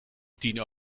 tien